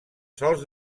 sols